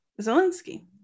Zelensky